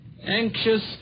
Anxious